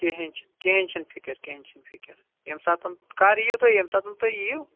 کِہٕنۍ چھَ کِہٕنۍ چھِنہٕ فِکر کِہٕنۍ چھَنہٕ فِکِر ییٚمہِ ساتہٕ کَر یِیِو تُہۍ ییٚمہِ ساتہٕ تُہۍ یِیِو